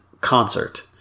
concert